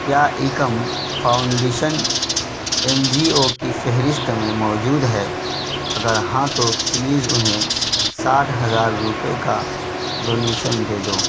کیا Ekam foundation NGO جی او کی فہرست میں موجود ہے اگر ہاں تو پلیز انہیں ساٹھ ہزار روپئے کا ڈونیشن دے دو